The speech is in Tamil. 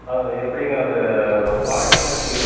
அது எப்படிங்க அது வாரண்டி எல்லாம் எப்படிங்க